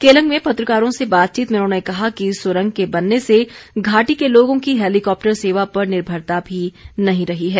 केलंग में पत्रकारों से बातचीत में उन्होंने कहा कि सुरंग के बनने से घाटी के लोगों की हैलीकॉप्टर सेवा पर निर्भरता भी नहीं रही है